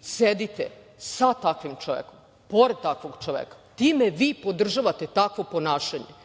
sedite sa takvim čovekom, pored takvog čoveka. Time vi podržavate takvo ponašanje.